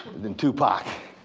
two pac.